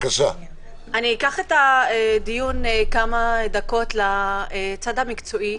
אני אקח את הדיון כמה דקות לצד המקצועי,